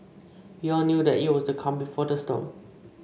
we all knew that it was the calm before the storm